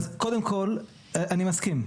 קודם כול, אני מסכים.